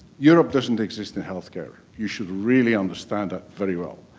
europe doesn't exist in healthcare. you should really understand that very well.